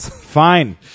Fine